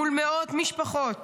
מול מאות משפחות